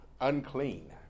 unclean